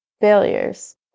failures